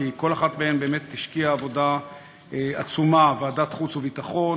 כי כל אחת מהן השקיעה עבודה עצומה: ועדת החוץ והביטחון,